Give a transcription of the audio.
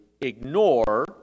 ignore